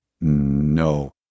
no